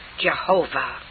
Jehovah